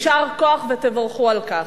יישר כוח ותבורכו על כך.